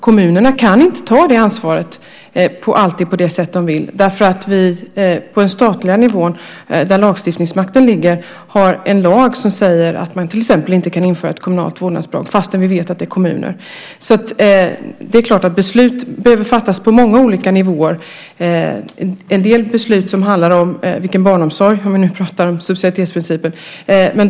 Kommunerna kan inte alltid ta det ansvaret på det sätt de vill, därför att vi på den statliga nivån där lagstiftningsmakten ligger har en lag som säger att man till exempel inte kan införa ett kommunalt vårdnadsbidrag fast vi vet att det är kommuner. Det är klart att beslut behöver fattas på många olika nivåer, en del beslut som handlar om att välja barnomsorg - om vi nu pratar om subsidiaritetsprincipen.